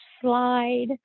slide